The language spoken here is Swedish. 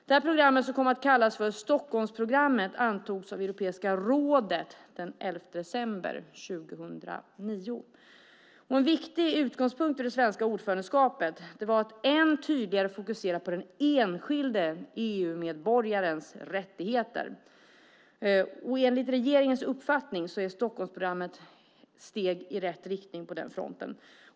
Det programmet som kom att kallas för Stockholmsprogrammet antogs av Europeiska rådet den 11 december 2009. En viktig utgångspunkt i det svenska ordförandeskapet var att än tydligare fokusera på den enskilde EU-medborgarens rättigheter. Enligt regeringens uppfattning är Stockholmsprogrammet ett steg i rätt riktning på den fronten.